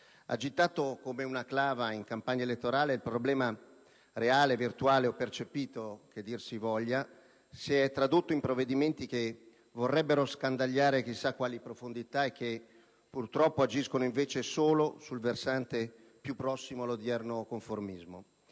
Agitato come una clava in campagna elettorale, il problema - reale, virtuale o percepito che dir si voglia - si è tradotto in provvedimenti che vorrebbero scandagliare chissà quali profondità e che, purtroppo, agiscono invece solo sul versante più prossimo all'odierno conformismo.